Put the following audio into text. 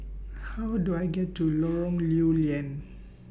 How Do I get to Lorong Lew Lian